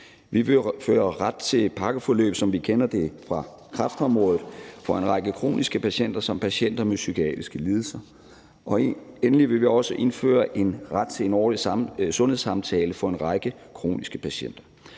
Vi vil indføre ret til pakkeforløb, som vi kender det fra kræftområdet, for en række kroniske patienter som patienter med psykiatriske lidelser. Endelig vil vi også indføre ret til en årlig sundhedssamtale for en række kroniske patienter.